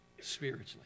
spiritually